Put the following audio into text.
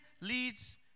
leads